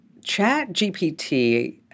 ChatGPT